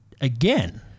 again